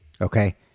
Okay